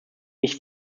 nicht